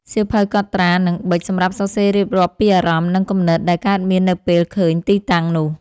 សៀវភៅកត់ត្រា និងប៊ិច សម្រាប់សរសេររៀបរាប់ពីអារម្មណ៍ និងគំនិតដែលកើតមាននៅពេលឃើញទីតាំងនោះ។